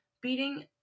beating